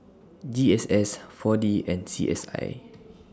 G S S four D and C S I